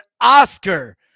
Oscar